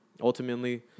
ultimately